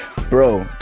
Bro